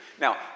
Now